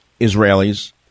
Israelis